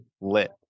lit